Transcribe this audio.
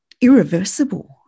irreversible